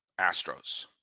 Astros